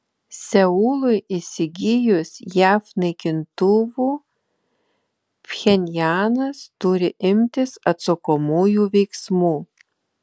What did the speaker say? seului įsigijus jav naikintuvų pchenjanas turi imtis atsakomųjų veiksmų